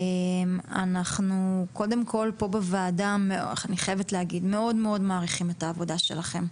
אנחנו בוועדה מאוד מעריכים את העבודה שלכם.